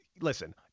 Listen